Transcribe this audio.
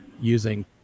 using